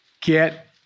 Get